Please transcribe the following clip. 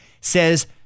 says